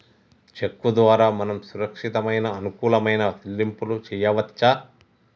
చెక్కు ద్వారా మనం సురక్షితమైన అనుకూలమైన సెల్లింపులు చేయవచ్చు